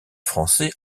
français